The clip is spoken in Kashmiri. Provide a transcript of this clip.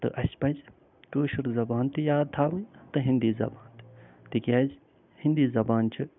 تہٕ اَسہِ پَزِ کٲشِر زبان تہِ یاد تھاوٕنۍ تہٕ ہیندی زبان تہِ تِکیٛازِ ہیندی زبان چھِ